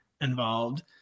involved